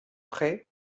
près